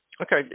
Okay